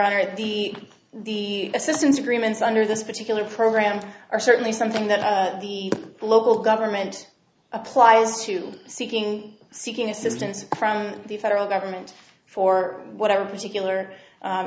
honor at the the assistance agreements under this particular program are certainly something that the local government applies to seeking seeking assistance from the federal government for whatever particular